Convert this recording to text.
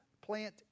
plant